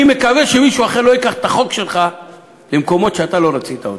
אני מקווה שמישהו אחר לא ייקח את החוק שלך למקומות שאתה לא רצית.